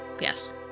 Yes